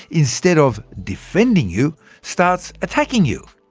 instead of defending you starts attacking you.